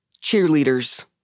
cheerleaders